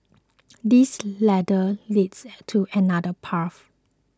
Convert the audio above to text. this ladder leads to another path